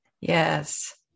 Yes